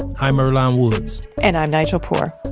i'm earlonne woods and i'm nigel poor.